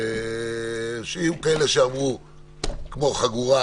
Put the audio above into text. היו כאלה שאמרו כמו בחגורה,